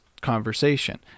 conversation